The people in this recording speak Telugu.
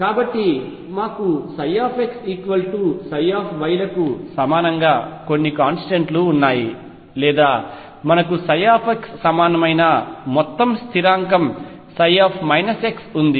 కాబట్టి మాకు x y లకు సమానంగా కొన్ని కాంస్టెంట్లు ఉన్నాయి లేదా మనకు xసమానమైన మొత్తం స్థిరాంకం x ఉంది